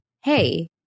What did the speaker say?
hey